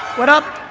what up,